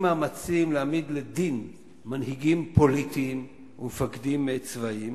עם מאמצים להעמיד לדין מנהיגים פוליטיים ומפקדים צבאיים,